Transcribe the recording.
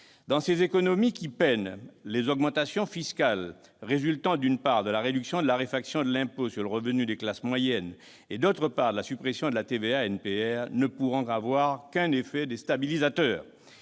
Dans ces économies qui peinent, les augmentations fiscales résultant, d'une part, de la réduction de la réfaction de l'impôt sur le revenu des classes moyennes et, d'autre part, de la suppression de la TVA non perçue récupérable, la TVA-NPR, ne pourront avoir qu'un effet déstabilisateur.